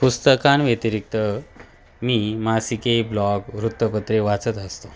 पुस्तकांव्यतिरिक्त मी मासिके ब्लॉग वृत्तपत्रे वाचत असतो